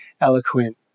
eloquent